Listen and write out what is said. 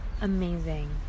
amazing